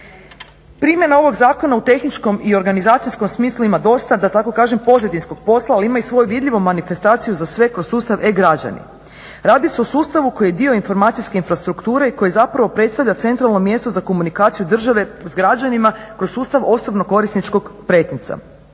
Primjena ovog zakona u tehničkom i organizacijskom smislu ima dosta da tako kažem pozadinskog posla, ali ima i svoju vidljivu manifestaciju za sve kroz sustav e-građani. Radi se o sustavu koji je dio informacijske infrastrukture i koji zapravo predstavlja centralno mjesto za komunikaciju države s građanima kroz sustav osobnog korisničkog pretinca.